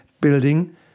building